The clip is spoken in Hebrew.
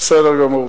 בסדר גמור.